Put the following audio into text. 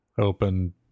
open